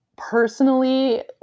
Personally